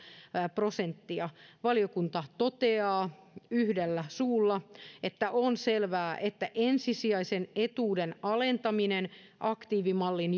prosenttia valiokunta toteaa yhdellä suulla että on selvää että ensisijaisen etuuden alentaminen aktiivimallin